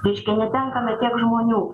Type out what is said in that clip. reiškia netenkame tiek žmonių